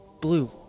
blue